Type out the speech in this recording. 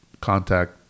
contact